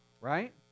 right